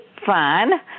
fun